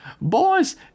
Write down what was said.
Boys